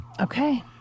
Okay